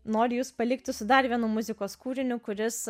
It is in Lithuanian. nori jus palikti su dar vienu muzikos kūriniu kuris